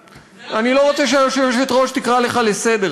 אני לא רוצה שהיושבת-ראש תקרא אותך לסדר,